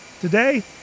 Today